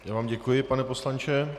Já vám děkuji, pane poslanče.